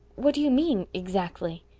what do you mean exactly?